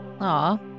Aw